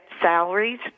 salaries